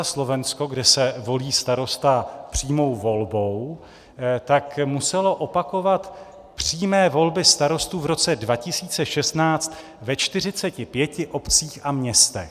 Slovensko, kde se volí starosta přímou volbou, tak muselo opakovat přímé volby starostů v roce 2016 ve 45 obcích a městech.